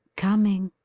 coming,